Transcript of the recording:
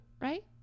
right